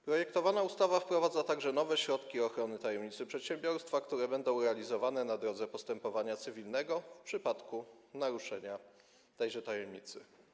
Projektowana ustawa wprowadza także nowe środki ochrony tajemnicy przedsiębiorstwa, które będą stosowane w postępowaniu cywilnym w przypadku naruszenia tejże tajemnicy.